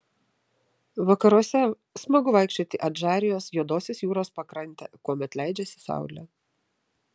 vakaruose smagu pasivaikščioti adžarijos juodosios jūros pakrante kuomet leidžiasi saulė